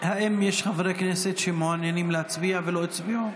האם יש חברי כנסת שמעוניינים להצביע ולא הצביעו?